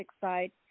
side